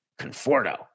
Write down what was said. Conforto